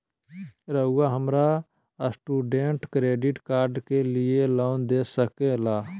रहुआ हमरा student credit card के लिए लोन दे सके ला?